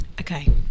Okay